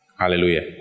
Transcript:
hallelujah